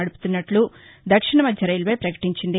నదుపుతున్నట్లు దక్షిణ మధ్య రైల్వే పకటించింది